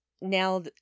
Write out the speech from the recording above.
now